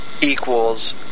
equals